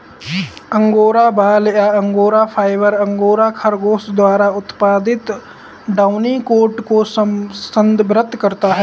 angora बाल या angora fibre, angora खरगोश द्वारा उत्पादित डाउनी कोट को संदर्भित करता है